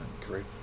great